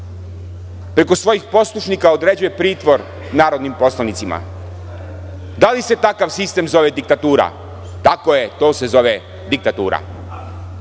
preko svojih poslušnika određuje pritvor narodnim poslanicima? Da li se takav sistem zove diktatura? Tako je, to se zove diktatura.